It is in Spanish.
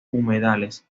humedales